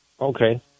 Okay